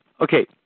Okay